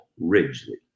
Ridgely